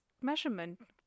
measurement